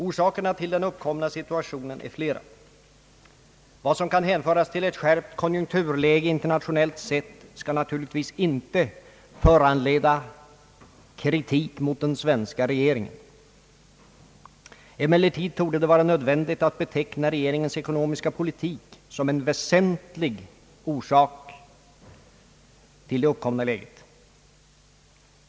Orsakerna till den uppkomna situationen är flera. Vad som kan hänföras till ett skärpt konjunkturläge internationellt sett skall naturligtvis inte föranleda kritik mot den svenska regeringen. Emellertid torde det vara nödvändigt att beteckna regeringens ekonomiska politik som en väsentlig orsak till det uppkomna läget.